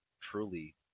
truly